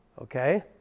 Okay